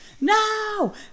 no